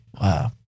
Wow